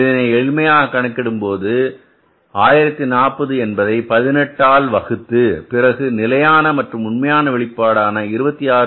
இதனை எளிமையாக கணக்கிடும்போது 1040 என்பதை பதினெட்டு ஆல் வகுத்து பின்னர் நிலையான மற்றும் உண்மையான வெளிப்பாடான 26